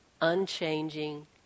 unchanging